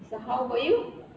so how about you